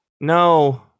No